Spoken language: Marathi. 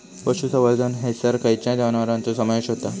पशुसंवर्धन हैसर खैयच्या जनावरांचो समावेश व्हता?